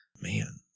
man